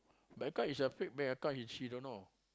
bank account it's a fake bank account she she don't know